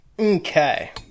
Okay